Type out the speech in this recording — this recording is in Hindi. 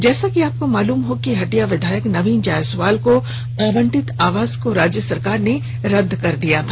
जैसा कि आपको मालूम हो कि हटिया विधायक नवीन जायसवाल को आवंटित आवास को राज्य सरकार ने रद्द कर दिया था